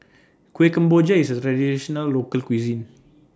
Kueh Kemboja IS A Traditional Local Cuisine